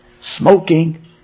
smoking